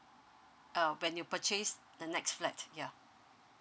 uh when you purchase the next flat yeah